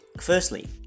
firstly